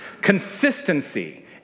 Consistency